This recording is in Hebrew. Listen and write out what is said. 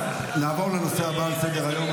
נעבור לנושא הבא על סדר-היום,